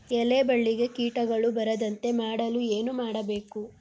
ಎಲೆ ಬಳ್ಳಿಗೆ ಕೀಟಗಳು ಬರದಂತೆ ಮಾಡಲು ಏನು ಮಾಡಬೇಕು?